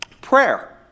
Prayer